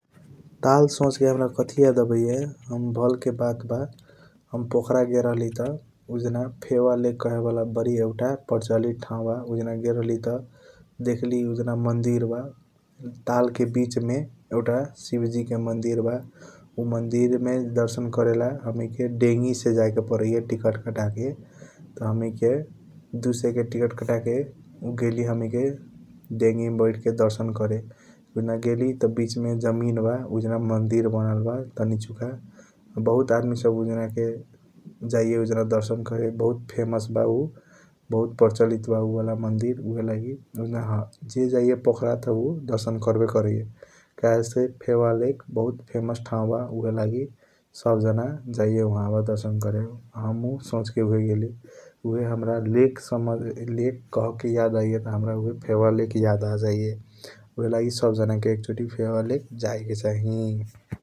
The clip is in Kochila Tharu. ताल सोच के हाम्रा कथी याद आबाइया हम भाल के बात बा हम पोखरा गेल रहली त उजना फेवा लेक कहे वाला बारी एउटा परचलित ठाऊ बा । उजना गेल रहली त देखाली उजना मंदिर बा ताल के बीच मे एउटा शिव जी के मंदिर बा उ मंदिर मे दर्शन कार्ल हमैके देगी से जायके पारैया । टिकट कटाके त हमैके दु सय के टिकट काटा के गेली हमैके देगी मे बैठ के दर्शन करे उजना गेली त बीच मे जमीन बा । उजना मंदिर बनल बा तनिचुका बहुत आदमी सब उजना के जाइया उजान दर्शन करे बहुत फेमस बा उ बहुत परचलित बा उवाल मंदिर । ज जाइया पोखरा त उ दर्शन कार्बे करैया कहेसे फेवा लेक बहुत फेमस ठाऊ बा उहएयलगी सब जाना जाइया उह दर्शन करे हमहू सोच के गेली । उहे हाम्रा लेक कहके याद आइयता त हाम्रा उहए फेव लेक याद आजाइया ऊहएलगी सब जाना के एकचोटी फेव लेक जय के चाही ।